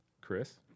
Chris